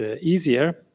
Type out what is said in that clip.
easier